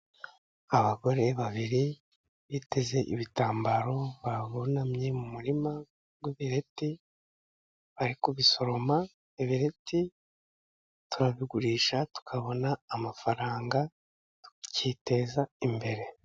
Abagore babiri biteze ibitambaro bunamye mu murima w' ibereti, bari kubisoroma. Ibireti turabigurisha tukabona amafaranga, tukiteza imbere.